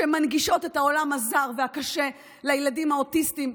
שמנגישות את העולם הזר והקשה לילדים האוטיסטים.